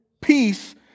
peace